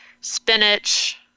spinach